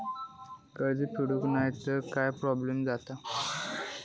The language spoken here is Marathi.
कर्ज फेडूक नाय तर काय प्रोब्लेम जाता?